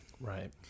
Right